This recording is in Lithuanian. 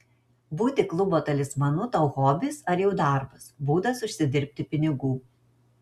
būti klubo talismanu tau hobis ar jau darbas būdas užsidirbti pinigų